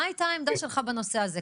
מה הייתה העמדה שלך בנושא הזה?